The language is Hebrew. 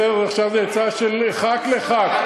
ועכשיו זה עצה של חבר כנסת לחבר כנסת,